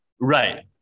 Right